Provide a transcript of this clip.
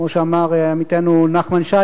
כמו שאמר עמיתנו נחמן שי,